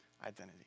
identity